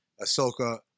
Ahsoka